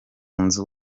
nzu